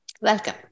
Welcome